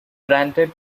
branded